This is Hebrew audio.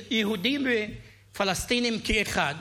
יהודים ופלסטינים כאחד.